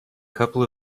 couple